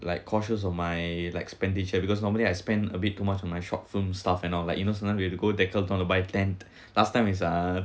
like cautious on my like expenditure because normally I spend a bit too much on my short film stuff and all like you know sometimes we have to go decker town to buy ten last time is uh